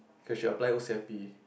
they should apply old safety